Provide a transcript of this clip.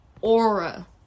aura